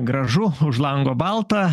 gražu už lango balta